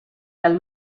dal